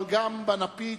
אבל גם בנפיץ,